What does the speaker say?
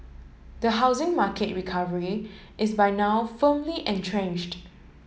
the housing market recovery is by now firmly entrenched